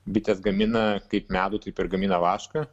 bitės gamina kaip medų taip ir gamina vašką